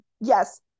Yes